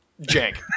jank